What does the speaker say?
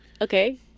Okay